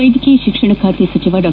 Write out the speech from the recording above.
ವೈದ್ಯಕೀಯ ಶಿಕ್ಷಣ ಖಾತೆ ಸಚಿವ ಡಾ